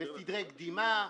בסדרי דגימה,